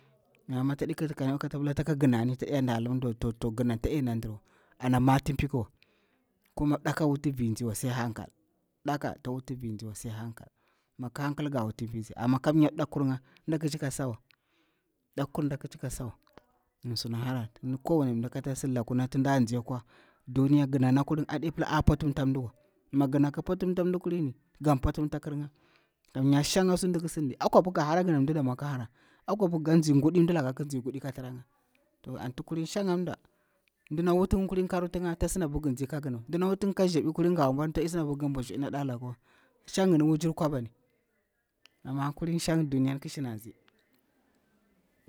Amma matag kita kirni ka pila taka gina to diya dala mdiwa to ginan tsa dai ndirwa, ana mati pikuwa, kuma mdaku a wuti vir tsitsiwa sai hankal mi gika hankal nga wuti vir tsi amma mingi pik mdakkurir nga, mdakur nda kici ka sawa, as suna har anti ndi pila kowani mɗa kata sin laku ti nda nzi a kwa. Duniya gina na kulina aɗe pila a pwaktita mdiwa, mi gina naki pwaktitam mdi kulini kan pwaktita kirnga, kamnya shanga shi dik sidi a kwabi ga hara mdi damwa ki hora, a kwabi nga nzi guɗi, mdilaka ki nzi guɗi ka tira nga, anti kulin mdina wut nga ka ruti nga, tsaɗi sidi abir gir tsi ka ginawa, mdina wutin ka nzabi, tsadi sidi abir gir bwa na nadkilakawa, shang wujiri kwaban amma duniya ki shi tsi.